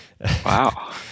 Wow